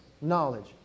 knowledge